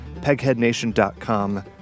PegheadNation.com